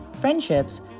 friendships